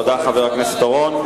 תודה, חבר הכנסת אורון.